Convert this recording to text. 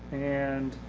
and